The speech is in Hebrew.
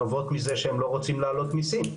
נובעות מזה שהם לא רוצים להעלות מיסים,